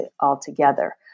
altogether